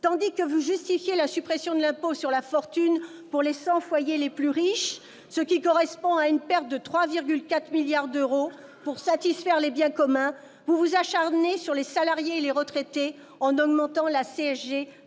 Tandis que vous justifiez la suppression de l'impôt de solidarité sur la fortune pour les 100 foyers les plus riches, soit une perte de 3,4 milliards d'euros pour satisfaire les biens communs, vous vous acharnez sur les salariés et les retraités, en augmentant la